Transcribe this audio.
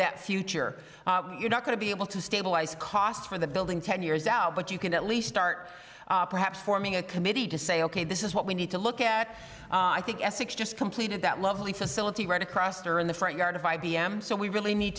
that future you're not going to be able to stabilize costs for the building ten years out but you can at least start perhaps forming a committee to say ok this is what we need to look at i think essex just completed that lovely facility right across her in the front yard if i b m so we really need